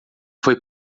foi